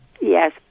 Yes